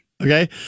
Okay